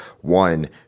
One